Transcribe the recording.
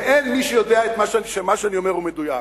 ואין מי שיודע שמה שאני אומר הוא מדויק,